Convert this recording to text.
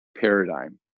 paradigm